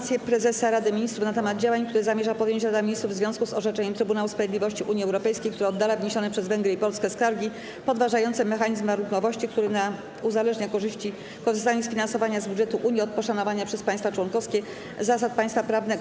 Zieloni o punkt: Informacja Prezesa Rady Ministrów na temat działań, które zamierza podjąć Rada Ministrów w związku z orzeczeniem Trybunału Sprawiedliwości Unii Europejskiej, które oddala wniesione przez Węgry i Polskę skargi podważające mechanizm warunkowości, który uzależnia korzystanie z finansowania z budżetu Unii od poszanowania przez państwa członkowskie zasad państwa prawnego.